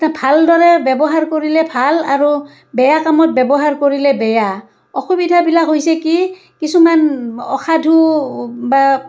ভালদৰে ব্যৱহাৰ কৰিলে ভাল আৰু বেয়া কামত ব্যৱহাৰ কৰিলে বেয়া অসুবিধাবিলাক হৈছে কি কিছুমান অসাধু বা